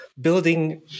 building